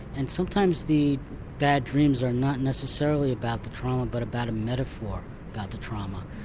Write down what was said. and sometimes the bad dreams are not necessarily about the trauma but about a metaphor about the trauma.